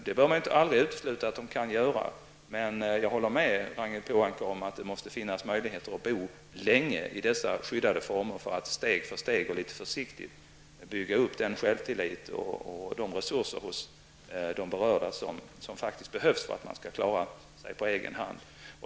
Men man bör aldrig utesluta att de kan göra det. Jag håller med Ragnhild Pohanka om att det måste finnas möjligheter att bo länge i dessa skyddade former för att steg för steg och litet försiktigt bygga upp den självtillit och de resurser hos de berörda som behövs för att man skall klara sig på egen hand.